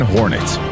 Hornets